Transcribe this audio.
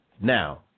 Now